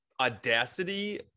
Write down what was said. audacity